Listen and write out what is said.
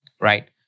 right